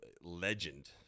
Legend